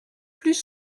plus